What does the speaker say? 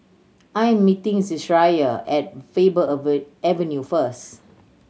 I'm meeting Zechariah at Faber Avenue first